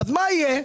מה יהיה?